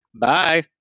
bye